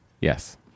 Yes